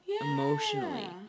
emotionally